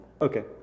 Okay